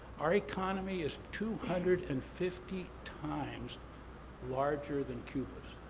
our economy is two hundred and fifty times larger than cuba's.